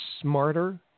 smarter